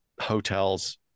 hotel's